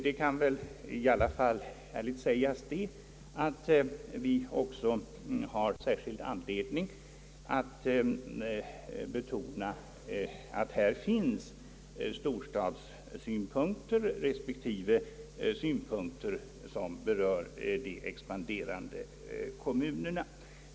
Det kan väl i alla fall därtill ärligt sägas att vi också har särskild anledning att betona att det här finns storstadssynpunkter respektive synpunkter som berör de expanderande kommunerna.